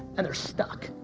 and they're stuck.